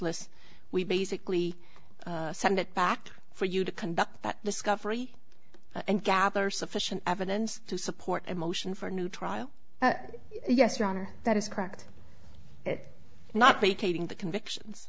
list we basically sent it back for you to conduct that discovery and gather sufficient evidence to support a motion for a new trial yes your honor that is correct it not vacating the convictions